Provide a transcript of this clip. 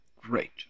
Great